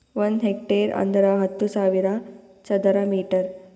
ಒಂದ್ ಹೆಕ್ಟೇರ್ ಅಂದರ ಹತ್ತು ಸಾವಿರ ಚದರ ಮೀಟರ್